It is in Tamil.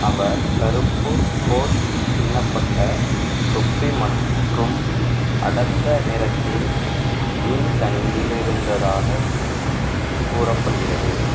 அவர் கருப்பு கோட் பின்னப்பட்ட தொப்பி மற்றும் அடர்ந்த நிறத்தில் ஜீன்ஸ் அணிந்திருந்ததாகக் கூறப்படுகிறது